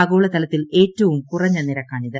ആഗോളതലത്തിൽ ഏറ്റവും കുറഞ്ഞ നിരക്കാണിത്